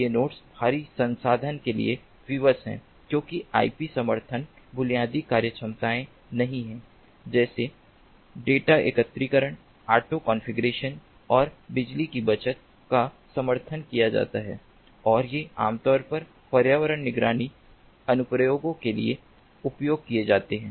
ये नोड्स भारी संसाधन के लिए विवश हैं कोई आईपी समर्थन बुनियादी कार्यक्षमताएं नहीं हैं जैसे डेटा एकत्रीकरण ऑटो कॉन्फ़िगरेशन और बिजली की बचत का समर्थन किया जाता है और ये आमतौर पर पर्यावरण निगरानी अनुप्रयोगों के लिए उपयोग किए जाते हैं